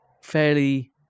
fairly